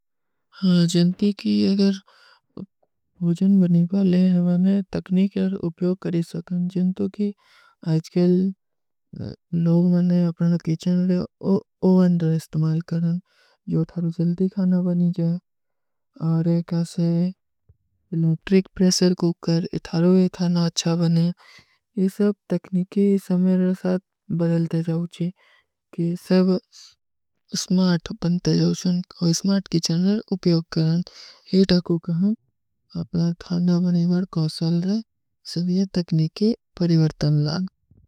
ଜନତୀ କୀ ଅଗର ଭୂଜନ ବନୀ ବାଲେ ହୈଂ, ମୈଂନେ ତକ୍ନିକ୍ଯାର ଉପ୍ଯୋଗ କରୀ ସକତେ ହୈଂ, ଜିନତୋଂ କୀ ଆଜକଲ ଲୋଗ ମୈଂନେ ଅପନେ କୀଛନ ଡେ ଓଵନ୍ଡର ଇସ୍ତମାଲ କରେଂ, ଜୋ ଥାରୋ ଜଲ୍ଦୀ ଖାନା ବନୀ ଜାଏଂ, ଔର ଏକ ଆସେ ଲୂଟ୍ରିକ ପ୍ରେସର କୂକର, ଇଥାରୋ ଇଥାନା ଅଚ୍ଛା ବନ ହୈ, ଯେ ସବ ତକ୍ନିକୀ ସମଯର ସାଥ ବଦଲତେ ଜାଓଚୀ, କି ସବ ସ୍ମାର୍ଟ ବନତେ ଜାଓଚୀ ଔର ସ୍ମାର୍ଟ କୀ ଚୈନଲ ଉପ୍ଯୋଗ କରେଂ, ଇଥା କୂକର ହମ ଅପନା ଥାର୍ଣା ବନୀ ମାର କାଉସଲ ରହେ, ସବ ଯେ ତକ୍ନିକୀ ପରିଵର୍ତନ ଲାଗ।